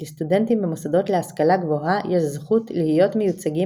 כי לסטודנטים במוסדות להשכלה גבוהה יש זכות להיות מיוצגים